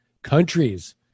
Countries